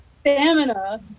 stamina